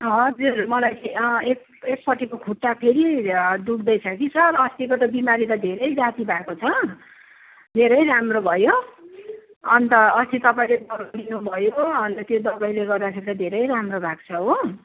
हजुर मलाई एक एकपट्टिको खुट्टा फेरि दुःख्दैछ कि सर अस्तिको त बिमारी त धेरै जाति भएको छ धेरै राम्रो भयो अन्त अस्ति तपाईँले दबाई दिनु भयो अन्त त्यो दबाईले गर्दाखेरि त धेरै राम्रो भएको छ हो